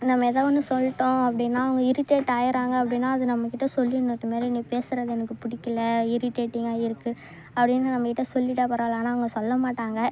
நம்ம எதா ஒன்று சொல்லிட்டோம் அப்படின்னா அவங்க இர்ரிட்டேட் ஆகிட்றாங்க அப்படின்னா அது நம்ம கிட்ட சொல்லிட்னும் இது மாரி நீ பேசுறது எனக்கு பிடிக்கல இர்ரிட்டேட்டிங்காக இருக்குது அப்படின்னு நம்ம கிட்ட சொல்லிட்டால் பரவாயில்ல ஆனால் அவங்க சொல்ல மாட்டாங்க